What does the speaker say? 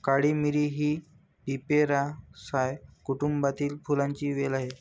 काळी मिरी ही पिपेरासाए कुटुंबातील फुलांची वेल आहे